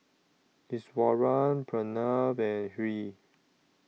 Iswaran Pranav and Hri